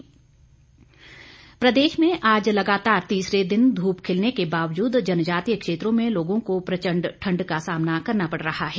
मौसम प्रदेश में आज लागातार तीसरे दिन धूप खिलने के बावजूद जनजातीय क्षेत्रों में लोगों को प्रचंड ठंड का सामना करना पड़ रहा है